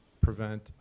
prevent